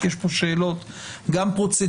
יש פה שאלות גם פרוצדוראליות,